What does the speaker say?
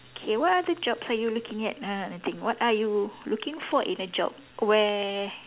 okay what other jobs are you looking at uh I think what are you looking for in a job where